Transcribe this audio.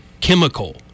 chemical